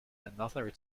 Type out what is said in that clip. another